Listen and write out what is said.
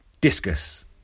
Discus